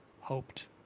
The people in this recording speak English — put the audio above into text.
hoped